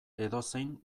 edozein